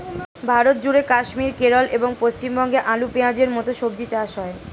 ভারতজুড়ে কাশ্মীর, কেরল এবং পশ্চিমবঙ্গে আলু, পেঁয়াজের মতো সবজি চাষ হয়